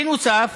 בנוסף,